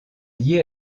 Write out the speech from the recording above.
lié